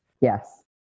Yes